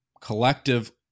collective